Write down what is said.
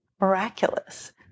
miraculous